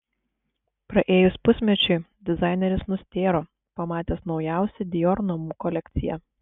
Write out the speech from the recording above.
praėjus pusmečiui dizaineris nustėro pamatęs naujausią dior namų kolekciją